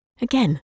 Again